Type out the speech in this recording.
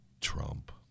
Trump